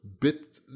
bit